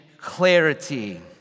clarity